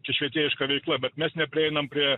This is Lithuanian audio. čia švietėjiška veikla bet mes neprieinam prie